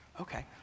Okay